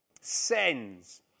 sends